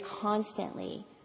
constantly